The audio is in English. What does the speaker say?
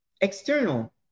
external